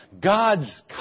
God's